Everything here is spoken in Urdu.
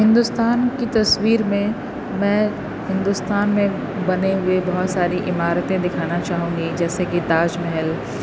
ہندوستان کی تصویر میں میں ہندوستان میں بنے ہوئے بہت ساری عمارتیں دکھانا چاہوں گی جیسے کہ تاج محل